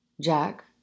Jack